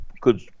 good